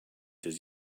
does